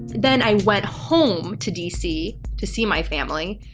then i went home to dc, to see my family,